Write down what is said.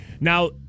Now